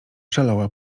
szalała